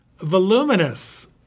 voluminous